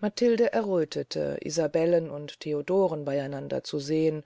matilde erröthete isabellen und theodoren bey einander zu sehn